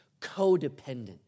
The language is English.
codependent